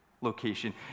location